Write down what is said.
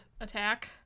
attack